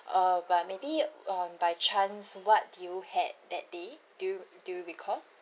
uh but maybe um by chance what did you had that day do you do you recall